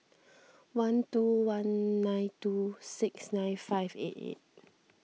one two one nine two six nine five eight eight